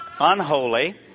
unholy